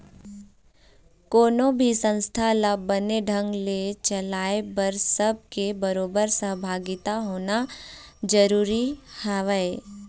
कोनो भी संस्था ल बने ढंग ने चलाय बर सब के बरोबर सहभागिता होना जरुरी हवय